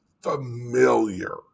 familiar